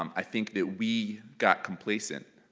um i think that we got complacent.